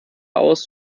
aus